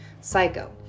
Psycho